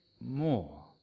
more